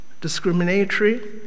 discriminatory